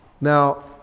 Now